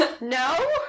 No